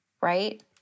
right